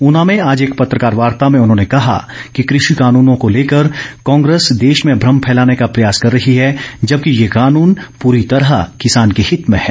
ऊना में आज एक पत्रकार वार्ता में कहा कि कृषि काननों को लेकर कांग्रेस देश में भ्रम फैलाने का प्रयास कर रही है जबकि ये कानून पूरी तरह किसान के हित में हैं